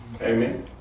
Amen